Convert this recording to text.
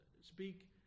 speak